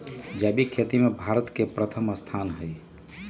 जैविक खेती में भारत के प्रथम स्थान हई